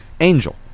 Angel